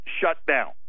shutdown